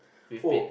we've been